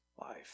life